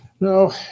No